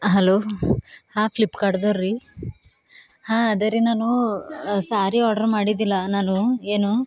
hello ಹಾಂ ಫ್ಲಿಪ್ಕಾರ್ಟ್ದವ್ರಿ ಹಾಂ ಅದೇರಿ ನಾನು ಸ್ಯಾರಿ ಆರ್ಡ್ರ್ ಮಾಡಿದ್ದಿಲ್ಲ ನಾನು ಏನು